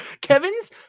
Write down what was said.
Kevin's